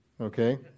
okay